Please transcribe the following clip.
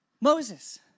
Moses